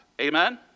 Amen